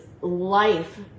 life